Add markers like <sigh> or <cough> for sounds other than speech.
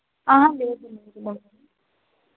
లేదు <unintelligible>